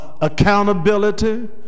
accountability